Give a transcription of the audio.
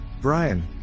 Brian